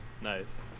Nice